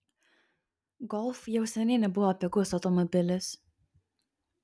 golf jau seniai nebuvo pigus automobilis